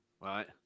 Right